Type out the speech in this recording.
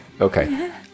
Okay